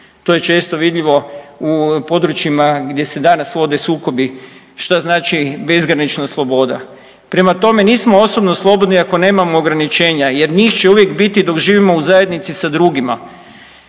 To je često vidljivo u područjima gdje se danas vode sukobi šta znači bezgranična sloboda. Prema tome, nismo osobno slobodni ako nemamo ograničenja jer njih će uvijek biti dok živimo u zajednici sa drugima